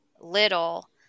little